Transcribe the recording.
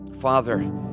Father